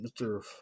Mr